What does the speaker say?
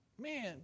Man